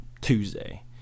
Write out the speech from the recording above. Tuesday